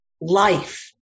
life